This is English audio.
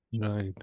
Right